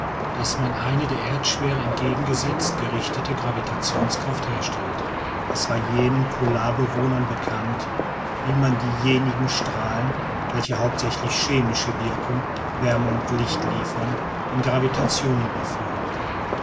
daß man eine der erdschwere entgegengesetzt gerichtete gravitationskraft herstellte es war jenen polbewohnern bekannt wie man diejenigen strahlen welche hauptsächlich chemische wirkung wärme und licht liefern in gravitation überführen kann